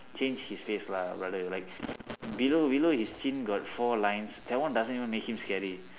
change his face lah brother like below below his chin got four lines that one doesn't even make him scary